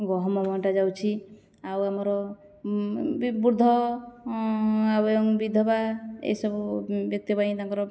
ଗହମ ବଣ୍ଟା ଯାଉଛି ଆଉ ଆମର ବୃଦ୍ଧ ଏବଂ ବିଧବା ଏଇସବୁ ବ୍ୟକ୍ତି ପାଇଁ ତାଙ୍କର